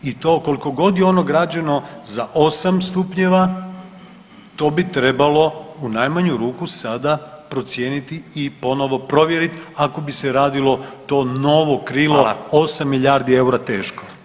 I to koliko god je ono građeno za 8 stupnjeva to bi trebalo u najmanju ruku sada procijeniti i ponovo provjeriti ako bi se radilo to novo krilo 8 milijardi eura teško.